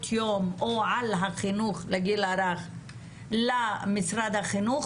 היום או על החינוך לגיל הרך למשרד החינוך,